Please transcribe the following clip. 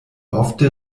ofte